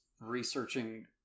researching